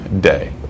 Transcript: day